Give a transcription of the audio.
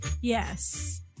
Yes